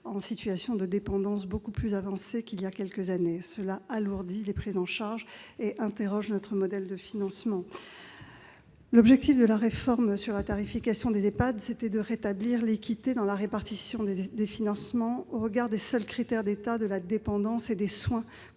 un état de dépendance bien plus avancée qu'il y a quelques années. Cela alourdit la prise en charge et amène à s'interroger sur notre modèle de financement. L'objectif de la réforme de la tarification des EHPAD est de rétablir de l'équité dans la répartition des financements au regard des seuls critères de l'état de dépendance et des soins